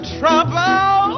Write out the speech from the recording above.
trouble